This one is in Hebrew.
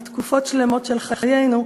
מתקופות שלמות של חיינו,